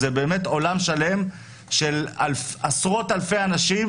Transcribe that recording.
זה באמת עולם שלם של עשרות אלפי אנשים